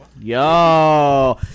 yo